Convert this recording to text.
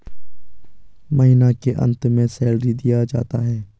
महीना के अंत में सैलरी दिया जाता है